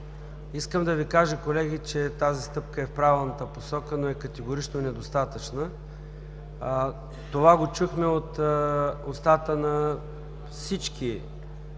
Искам да Ви кажа, колеги, че тази стъпка е в правилната посока, но е категорично недостатъчна. Това го чухме от устата на всички